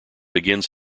begins